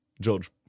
George